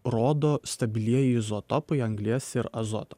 rodo stabilieji izotopai anglies ir azoto